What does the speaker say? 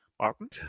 Martin